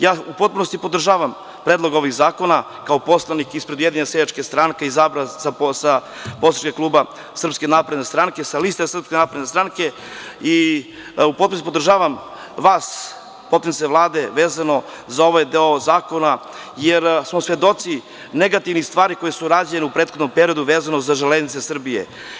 Ja u potpunosti podržavam predlog ovih zakona, kao poslanik ispred Ujedinjene seljačke stranke, izabran iz poslaničkog kluba SNS, sa liste SNS, i u potpunosti podržavam vas, potpredsednice Vlade, vezano za ovaj deo zakona, jer smo svedoci negativnih stvari koje su rađene u prethodnom periodu, vezano za „Železnice Srbije“